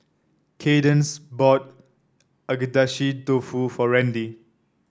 Kaydence bought Agedashi Dofu for Randy